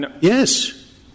Yes